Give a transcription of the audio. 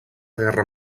guerra